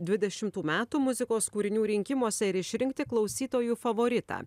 dvidešimtų metų muzikos kūrinių rinkimuose ir išrinkti klausytojų favoritą